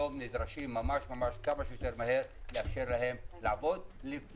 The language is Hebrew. אנחנו נדרשים לאפשר להן לעבוד כמה שיותר